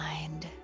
mind